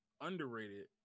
underrated